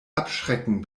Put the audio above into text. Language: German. abschrecken